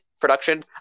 production